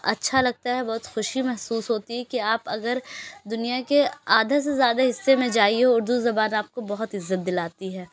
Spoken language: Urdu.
اچھا لگتا ہے بہت خوشی محسوس ہوتی ہے کہ آپ اگر دنیا کے آدھا سے زیادہ حصہ میں جائیے اردو زبان آپ کو بہت عزت دلاتی ہے